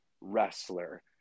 wrestler